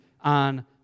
on